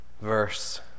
verse